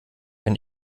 wenn